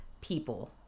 people